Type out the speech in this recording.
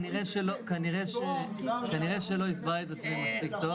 אני רוצה להבין לבסיס.